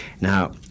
Now